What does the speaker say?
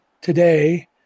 today